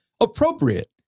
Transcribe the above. Appropriate